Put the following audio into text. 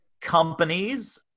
companies